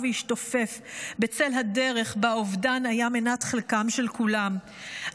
והשתופף בצל הדרך שבה האובדן היה מנת חלקם של כולם,